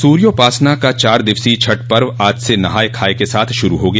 सूर्योपासना का चार दिवसीय छठ पर्व आज से नहाय खाय के साथ शुरू हो गया